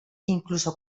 incluso